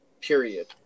period